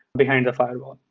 behind a firewall.